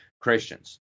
Christians